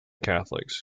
catholics